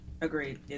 agreed